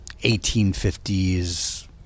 1850s